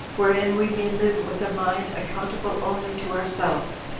wherein we may live with a mind accountable only to ourselves,